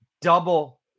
double